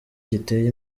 giteye